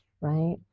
right